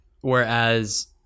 Whereas